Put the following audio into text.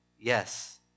Yes